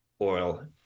oil